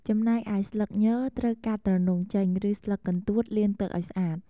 ចំណែកឯស្លឹកញ ត្រូវកាត់ទ្រនុងចេញ ឬស្លឹកកន្ទួតលាងទឹកឲ្យស្អាត។